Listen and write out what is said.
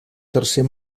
tercer